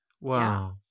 Wow